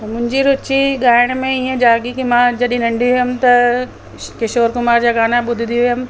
मुंहिंजी रुचि ॻाइण में ईअं जाॻी की मां जॾहिं नंढी हुअमि त किशोर कुमार जा गाना ॿुधंदी हुअमि